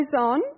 on